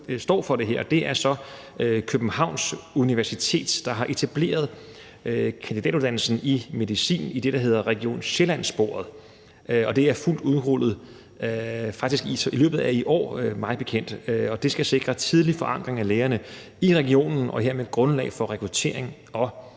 står for det, og det er så Københavns Universitet, der har etableret kandidatuddannelsen i medicin i det, der hedder Region Sjælland-sporet, og det er faktisk fuldt udrullet i løbet af i år, mig bekendt. Det skal sikre tidlig forankring af lægerne i regionen og hermed et grundlag for rekruttering og